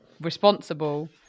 responsible